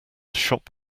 shop